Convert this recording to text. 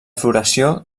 floració